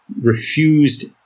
refused